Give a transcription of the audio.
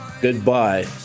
goodbye